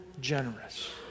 generous